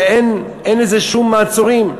שאין לזה שום מעצורים.